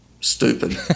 stupid